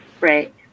Right